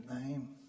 name